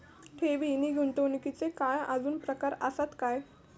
ठेव नी गुंतवणूकचे काय आजुन प्रकार आसत काय?